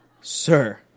sir